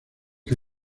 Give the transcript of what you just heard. que